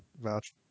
vouch